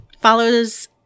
follows